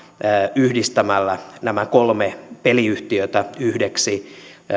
yhdistämällä nämä kolme peliyhtiötä yhdeksi